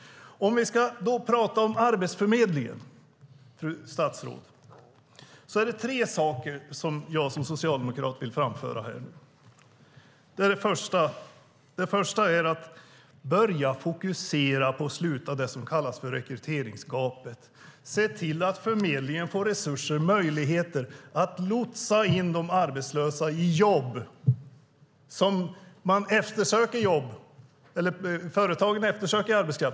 Om vi ska prata om Arbetsförmedlingen, fru statsråd, är det tre saker jag som socialdemokrat vill framföra. Först vill jag att man ska börja fokusera på att sluta det som kallas rekryteringsgapet. Se till att förmedlingen får resurser och möjligheter att lotsa in de arbetslösa i jobb. Företagen eftersöker arbetskraft.